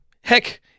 heck